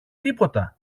τίποτα